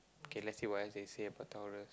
okay let's see what else they say about Taurus